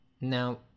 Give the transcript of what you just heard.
Now